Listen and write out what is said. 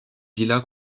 villa